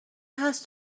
هست